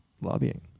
lobbying